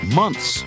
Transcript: months